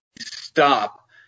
stop